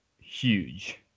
huge